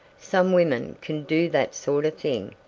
some women can do that sort of thing,